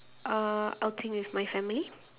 uh outing with my family